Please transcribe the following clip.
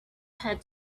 had